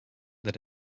that